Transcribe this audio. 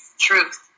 Truth